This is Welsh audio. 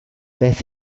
beth